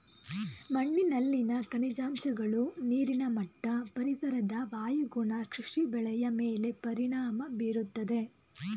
ಮಣ್ಣಿನಲ್ಲಿನ ಖನಿಜಾಂಶಗಳು, ನೀರಿನ ಮಟ್ಟ, ಪರಿಸರದ ವಾಯುಗುಣ ಕೃಷಿ ಬೆಳೆಯ ಮೇಲೆ ಪರಿಣಾಮ ಬೀರುತ್ತದೆ